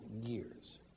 years